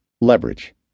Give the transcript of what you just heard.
leverage